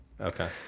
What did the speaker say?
okay